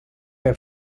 are